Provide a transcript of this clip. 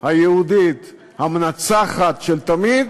היהודית, המנצחת תמיד,